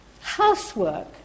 housework